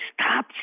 stop